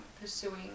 pursuing